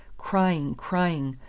crying, crying,